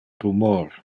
rumor